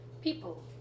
people